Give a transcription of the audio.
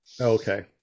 Okay